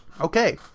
Okay